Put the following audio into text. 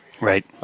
Right